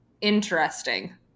interesting